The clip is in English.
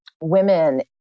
women